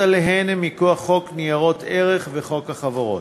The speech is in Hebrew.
עליהן מכוח חוק ניירות ערך וחוק החברות,